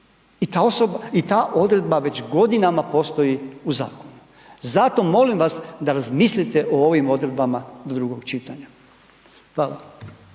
i ta odredba već godinama postoji u zakonu, zato molim vas da razmislite o ovim odredbama do drugog čitanja. Hvala.